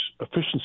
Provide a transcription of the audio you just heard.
efficiency